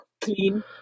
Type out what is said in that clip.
clean